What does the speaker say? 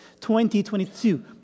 2022